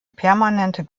permanente